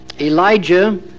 Elijah